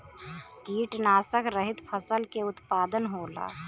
कीटनाशक रहित फसल के उत्पादन होला